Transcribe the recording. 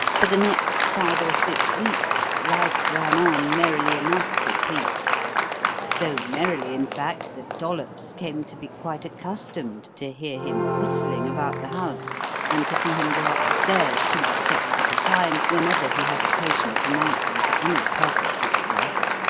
for the next five or six weeks life ran on merrily enough for cleek so merrily, in fact, that dollops came to be quite accustomed to hear him whistling about the house and to see him go up the stairs two steps at a time whenever he had occasion to mount them for any purpose whatsoever.